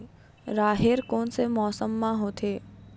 राहेर कोन से मौसम म होथे?